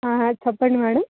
చెప్పండి మ్యాడమ్